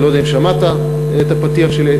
אני לא יודע אם שמעת את הפתיח שלי,